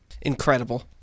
Incredible